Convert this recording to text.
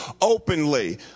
openly